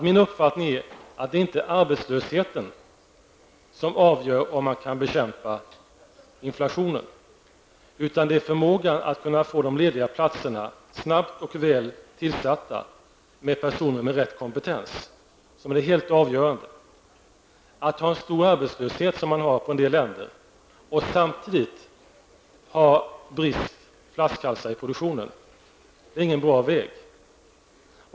Min uppfattning är att det inte är arbetslösheten som avgör om man kan bekämpa inflationen, utan det är förmågan att kunna få de lediga platserna snabbt och väl tillsatt med personer med rätt kompetens som är det helt avgörande. Att ha en stor arbetslöshet, som man har i en del länder, och samtidigt ha brister och flaskhalsar i produktionen, är inte någon bra väg.